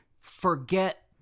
forget